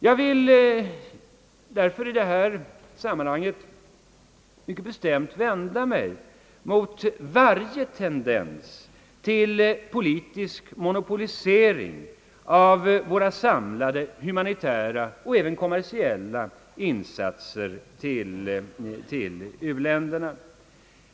Jag vill därför i detta sammanhang mycket bestämt vända mig mot varje tendens till politisk monopolisering av våra samlade humanitära och även kommersiella insatser till u-länderna.